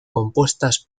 compuestas